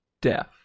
death